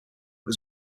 was